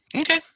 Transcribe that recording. okay